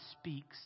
speaks